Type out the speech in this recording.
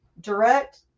direct